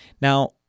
Now